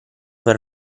per